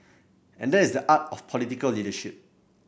and that is the art of political leadership